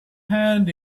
hand